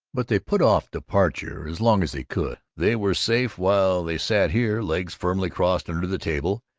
but they put off departure as long as they could. they were safe while they sat here, legs firmly crossed under the table,